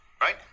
right